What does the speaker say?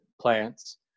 plants